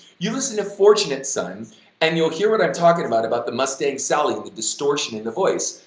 you listen to fortunate son and you'll hear what i'm talking about about the mustang sally the distortion in the voice.